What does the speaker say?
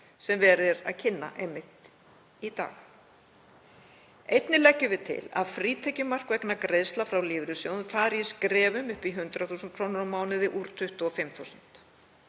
verið að kynna í dag. Einnig leggjum við til að frítekjumark vegna greiðslna frá lífeyrissjóðum fari í skrefum upp í 100.000 kr. á mánuði úr 25.000